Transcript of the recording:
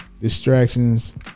distractions